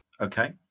Okay